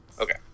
Okay